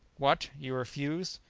what? you refuse?